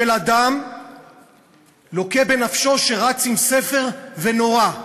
של אדם לוקה בנפשו שרץ עם ספר ונורה.